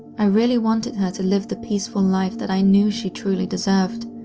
i really wanted her to live the peaceful life that i knew she truly deserved,